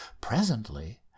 Presently